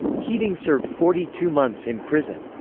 keating served forty two months in prison.